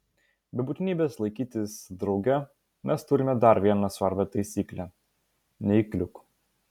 be būtinybės laikytis drauge mes turime dar vieną svarbią taisyklę neįkliūk